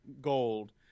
gold